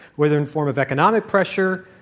whether in form of economic pressure,